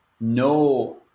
no